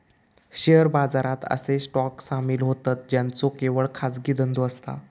share बाजारात असे stock सामील होतं ज्यांचो केवळ खाजगी धंदो असता